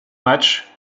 matchs